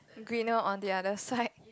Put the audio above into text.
greener on the other side